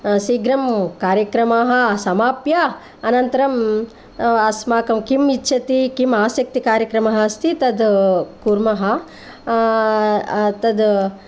शीघ्रं कार्यक्रमाः समाप्य अनन्तरम् अस्माकं किम् इच्छति किं आसक्तिकार्यक्रमः अस्ति तत् कुर्मः तत्